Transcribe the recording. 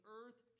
earth